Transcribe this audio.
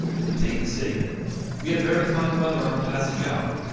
and contained the statement we had very fine weather on our passage out.